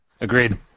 Agreed